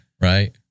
right